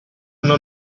non